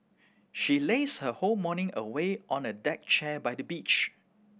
she lazed her whole morning away on a deck chair by the beach